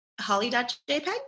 holly.jpg